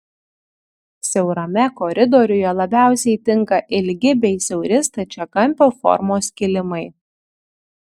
siaurame koridoriuje labiausiai tinka ilgi bei siauri stačiakampio formos kilimai